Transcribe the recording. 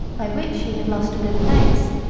by which he had lost a good place.